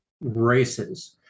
races